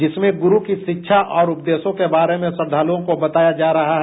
जिसमें गुरू की शिक्षा और उपदेशों के बारे में श्रद्वालुओं को बताया जा रहा है